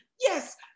Yes